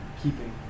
keeping